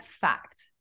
fact